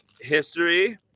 History